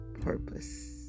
purpose